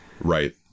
Right